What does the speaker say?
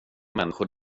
människor